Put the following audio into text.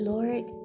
Lord